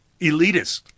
elitist